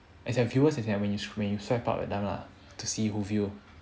as a viewer as in when your screen swipe up that time lah to see who view